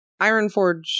Ironforge